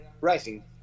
rising